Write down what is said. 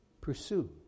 Pursue